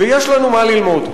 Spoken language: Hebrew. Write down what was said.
ויש לנו מה ללמוד.